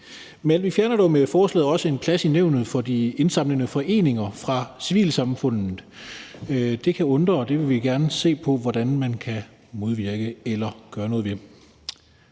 men vi fjerner dog med forslaget også en plads i nævnet for de indsamlende foreninger fra civilsamfundet. Det kan undre, og det vil vi gerne se på hvordan man kan modvirke eller gøre noget ved.